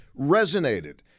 resonated